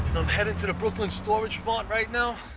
i'm heading to the brooklyn storage mart right now.